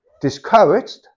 discouraged